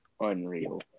unreal